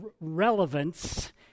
relevance